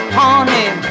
honey